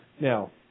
Now